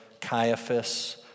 Caiaphas